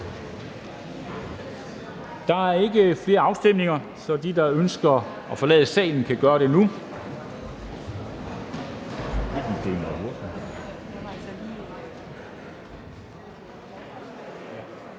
Der er ikke flere afstemninger, så de, der ønsker at forlade salen, kan gøre det nu.